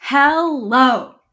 Hello